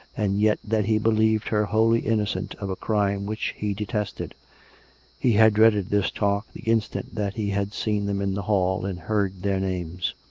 and yet that he believed her wholly innocent of a crime which he detested he had dreaded this talk the instant that he had seen them in the hall and heard their names.